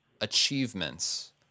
achievements